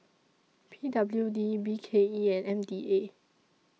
P W D B K E and M D A